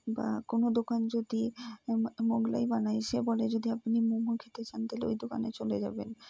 বা কোন দোকান যদি মোগলাই বানায় সে বলে যদি আপনি মোমো খেতে চান তাহলে ওই দোকানে চলে যাবেন